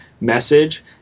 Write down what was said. message